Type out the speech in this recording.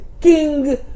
king